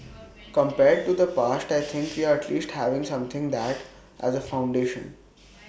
compared to the past I think we're at least having something that has A foundation